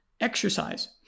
exercise